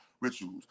rituals